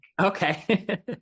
okay